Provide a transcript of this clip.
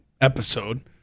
episode